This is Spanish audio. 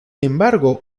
embargo